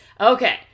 Okay